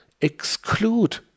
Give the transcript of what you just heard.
exclude